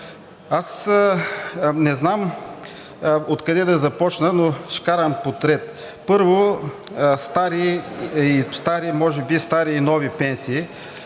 Не знам откъде да започна, но ще карам подред. Първо, стари, може би стари и нови пенсии.